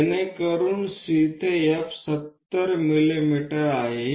जेणेकरून C ते F 70 मिमी आहे